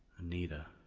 anita